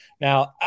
Now